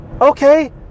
okay